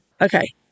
Okay